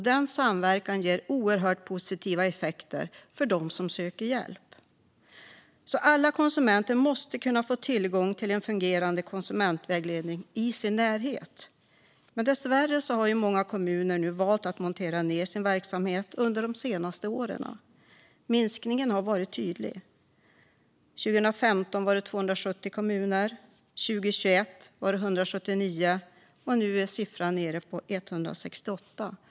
Denna samverkan ger oerhört positiva effekter för dem som söker hjälp. Alla konsumenter måste få tillgång till en fungerande konsumentvägledning i sin närhet. Men dessvärre har många kommuner valt att montera ned sin verksamhet under de senaste åren. Minskningen har varit tydlig. År 2015 var det 270 kommuner som hade konsumentvägledning. År 2021 var det 179, och nu är siffran nere på 168 kommuner.